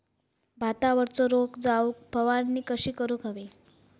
भातावरचो रोग जाऊक फवारणी कशी करूक हवी?